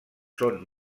són